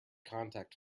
contact